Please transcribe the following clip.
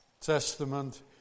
Testament